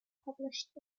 published